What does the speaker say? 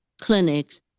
Clinics